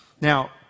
Now